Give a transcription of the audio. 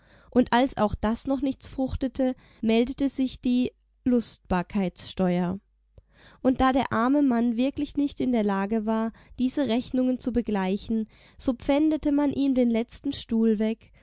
und als auch das noch nichts fruchtete meldete sich die lustbarkeitssteuer und da der arme mann wirklich nicht in der lage war diese rechnungen zu begleichen so pfändete man ihm den letzten stuhl weg